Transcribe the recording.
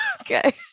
okay